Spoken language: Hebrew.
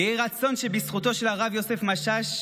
יהי רצון שבזכותו של הרב יוסף משאש,